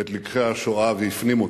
את לקחי השואה והפנים אותם?